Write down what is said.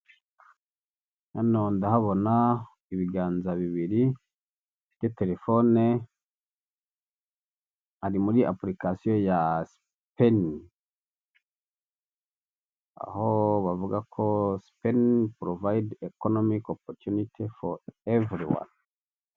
Hano ndahabona ibiganza bibiri fite telefone ari muri apulikasiyo sipeni aho bavuga ko sipeni porovide ekonomi ke oporutuniti foru evuri wani.